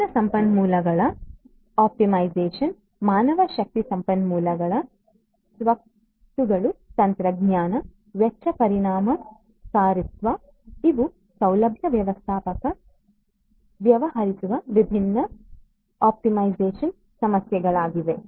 ವಿಭಿನ್ನ ಸಂಪನ್ಮೂಲಗಳ ಆಪ್ಟಿಮೈಸೇಶನ್ ಮಾನವಶಕ್ತಿ ಸಂಪನ್ಮೂಲಗಳು ಸ್ವತ್ತುಗಳು ತಂತ್ರಜ್ಞಾನ ವೆಚ್ಚ ಪರಿಣಾಮಕಾರಿತ್ವ ಇವು ಸೌಲಭ್ಯ ವ್ಯವಸ್ಥಾಪಕ ವ್ಯವಹರಿಸುವ ವಿಭಿನ್ನ ಆಪ್ಟಿಮೈಸೇಶನ್ ಸಮಸ್ಯೆಗಳಾಗಿವೆ